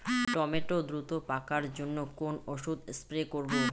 Tomato দ্রুত পাকার জন্য কোন ওষুধ স্প্রে করব?